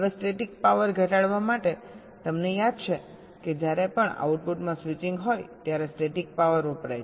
હવે static power ઘટાડવા માટે તમને યાદ છે કે જ્યારે પણ આઉટપુટમાં સ્વિચિંગ હોય ત્યારે સ્ટેટિક પાવર વપરાય છે